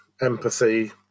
empathy